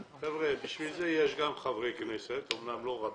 חבר'ה, בשביל זה יש גם חברי כנסת, אומנם לא רבים,